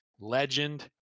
legend